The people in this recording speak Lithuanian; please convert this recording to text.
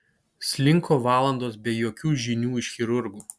slinko valandos be jokių žinių iš chirurgų